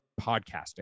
podcasting